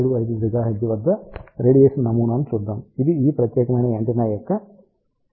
75 GHz వద్ద radiation నమూనాను చూద్దాం ఇది ఈ ప్రత్యేకమైన యాంటెన్నా యొక్క కేంద్ర పౌనఃపున్యం